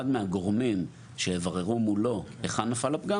אחד מהגורמים שיבררו מולו היכן נפל הפגם